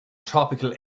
tropical